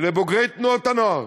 אלה בוגרי תנועות הנוער